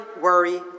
worry